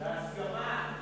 בהסכמה.